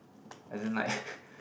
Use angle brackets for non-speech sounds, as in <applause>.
as in like <breath>